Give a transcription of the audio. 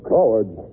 Cowards